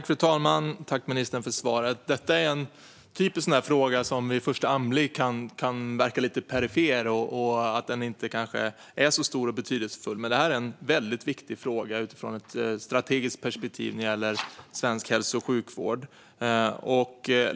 Fru talman! Jag tackar ministern för svaret. Detta är en typisk sådan fråga som vid första anblick kan verka perifer och inte så stor och betydelsefull. Men det är en mycket viktig fråga utifrån ett strategiskt perspektiv vad gäller svensk hälso och sjukvård.